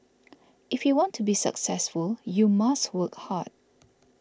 if you want to be successful you must work hard